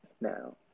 now